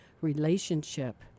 relationship